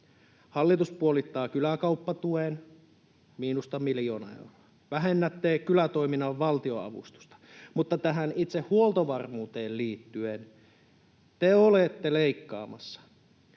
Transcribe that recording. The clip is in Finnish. Hallitus puolittaa kyläkauppatuen, miinusta miljoona euroa. Vähennätte kylätoiminnan valtionavustusta. Mutta tähän itse huoltovarmuuteen liittyen te olette leikkaamassa,